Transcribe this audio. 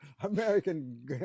american